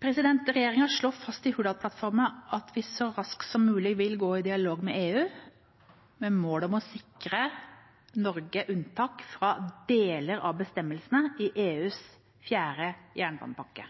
Regjeringa slår fast i Hurdalsplattformen at vi så raskt som mulig vil gå i dialog med EU med mål om å sikre Norge unntak fra deler av bestemmelsene i EUs fjerde jernbanepakke.